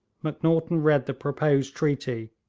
macnaghten read the proposed treaty,